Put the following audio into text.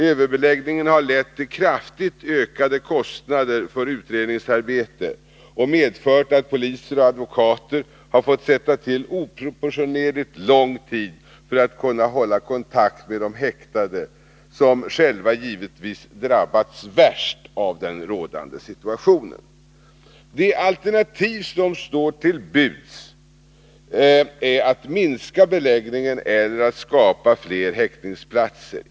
Överbeläggningen har lett till kraftigt ökade kostnader för utredningsarbete och medfört att poliser och advokater har fått sätta till oproportionerligt lång tid för att kunna hålla kontakt med de häktade, som själva givetvis drabbats värst av den rådande situationen. De alternativ som står till buds är att minska beläggningen eller att skapa fler häktesplatser.